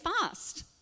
fast